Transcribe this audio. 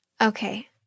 Okay